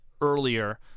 earlier